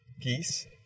Geese